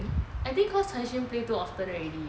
I think cause cheng xun play too often already